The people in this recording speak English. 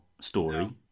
story